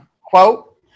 quote